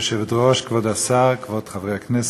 כבוד היושבת-ראש, כבוד השר, כבוד חברי הכנסת,